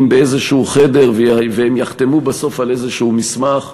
באיזשהו חדר והם יחתמו בסוף על איזשהו מסמך,